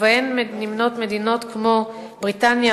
ועמן נמנות מדינות כמו בריטניה,